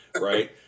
right